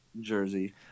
jersey